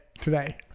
Today